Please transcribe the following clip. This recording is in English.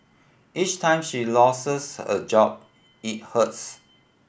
each time she loses a job it hurts